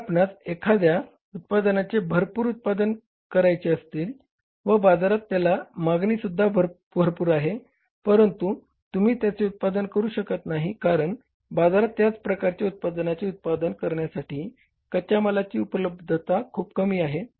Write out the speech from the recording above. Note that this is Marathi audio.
जर आपणास एखाद्या उत्पादनाचे भरपूर उत्पादन करायचे आहे व बाजारात त्याला मागणीसुद्धा भरपूर आहे परंतु तुम्ही त्याचे उत्पादन करू शकत नाही कारण बाजारात त्याप्रकारच्या उत्पादनाचे उत्पादन करण्यासाठी कच्या मालाची उपलब्धता खूप कमी आहे